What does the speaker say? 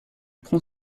prend